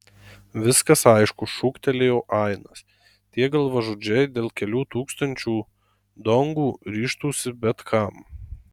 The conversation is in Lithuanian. viskas aišku šūktelėjo ainas tie galvažudžiai dėl kelių tūkstančių dongų ryžtųsi bet kam